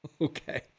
Okay